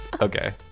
okay